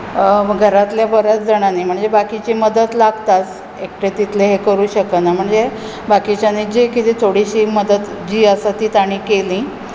घरांतल्या बऱ्याच जाणांनी म्हणजें बाकीची मदत लागताच एकटें तितलें ए करूंक शकना म्हणजें बाकीच्यांनी जी कितें थोडीशी मदत जी आसा ती तांणी केली